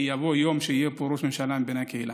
כי יבוא יום שיהיה פה ראש ממשלה מבין הקהילה.